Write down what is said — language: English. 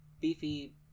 beefy